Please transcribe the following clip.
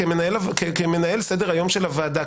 כמנהל סדר-היום של הוועדה,